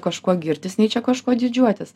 kažkuo girtis nei čia kažkuo didžiuotis